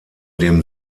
dem